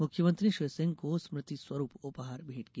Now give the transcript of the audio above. मुख्यमंत्री ने श्री सिंह को स्मृति स्वरूप उपहार भेंट किया